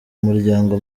muryango